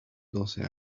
doce